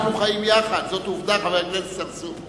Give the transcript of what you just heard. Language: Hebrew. אנחנו חיים יחד, זאת עובדה, חבר הכנסת צרצור.